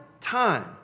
time